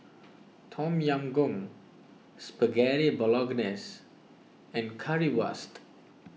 Tom Yam Goong Spaghetti Bolognese and Currywurst